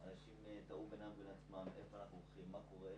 מה שאנחנו רואים בפנים,